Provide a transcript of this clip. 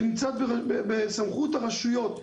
שנמצאת בסמכות הרשויות,